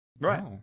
Right